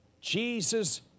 Jesus